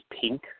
pink